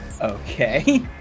Okay